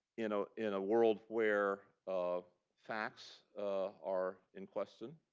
in ah in a world where um facts are in question,